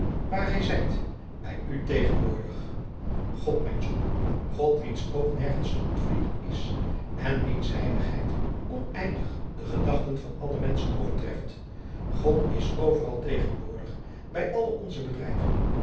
waar gij zijt bij u tegenwoordig god mijn zoon god wiens oog nergens te ontvlieden is en wiens heiligheid oneindig de gedachten van alle menschen overtreft god is overal tegenwoordig bij alle onze bedrijven